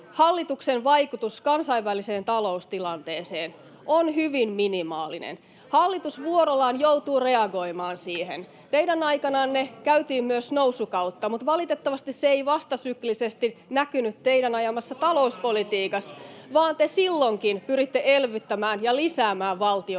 hallituksen vaikutus kansainväliseen taloustilanteeseen on hyvin minimaalinen. Hallitus vuorollaan joutuu reagoimaan siihen. Teidän aikananne käytiin myös nousukautta, mutta valitettavasti se ei vastasyklisesti näkynyt teidän ajamassanne talouspolitiikassa, vaan te silloinkin pyritte elvyttämään ja lisäämään valtion menoja.